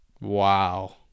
Wow